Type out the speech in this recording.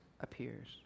appears